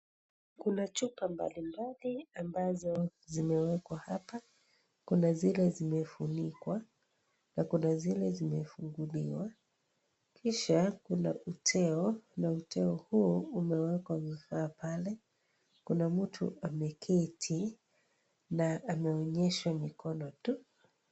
Kuna chupa mbalimbali ambazo zimewekwa hapa. Kuna zile zimefunikwa na kuna zile zimefunguliwa, Kisha kuna uteo na uteo huo umewekwa vifaa pale. Kuna mtu ameketi na ameonyesha mikono tu.